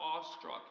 awestruck